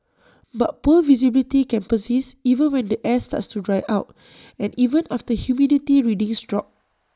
but poor visibility can persist even when the air starts to dry out and even after humidity readings drop